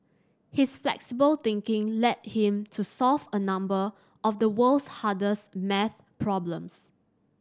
his flexible thinking led him to solve a number of the world's hardest maths problems